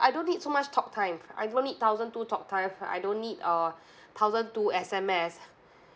I don't need so much talktime I don't need thousand two talktime I don't need uh thousand two S_M_S